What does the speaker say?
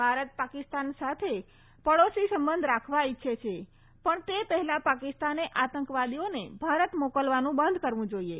ભારત પાકિસ્તાન સાથે પડોશી સંબંધ રાખવા ઇચ્છે છે પણ તે પહેલાં પાકિસ્તાને આતંકવાદીઓને ભારત મોકલવાનું બંધ કરવું જાઇએ